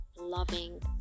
loving